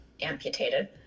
amputated